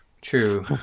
True